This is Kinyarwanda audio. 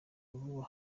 vuba